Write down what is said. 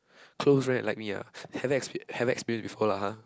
close friend like me ah haven't expe~ haven't experience before lah !huh!